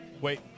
Wait